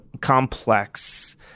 complex